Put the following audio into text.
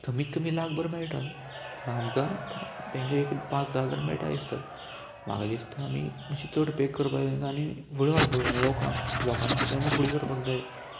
कमीत कमी लाखबर मेयटा पूण आमकां तेंका एक पांच धा हजार मेयटा दिसता म्हाका दिसता आमी मातशी चड पे करपाक जाय तेंकां आनी फुडें व्हरपाक जाय लोकांक लोकांनी फ्रॅण फुडें करपाक जाय